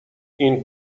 این